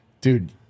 Dude